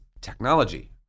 technology